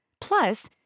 Plus